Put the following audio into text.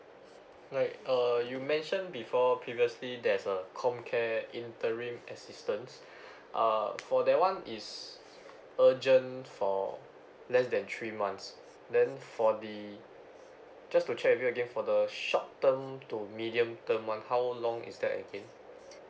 right uh you mention before previously there's uh com care interim assistance uh for that one is urgent for less than three months then for the just to check with you again for the short term to medium term one how long is that again